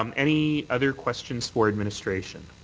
um any other questions for administration?